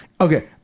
Okay